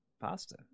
pasta